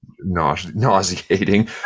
nauseating